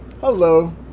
hello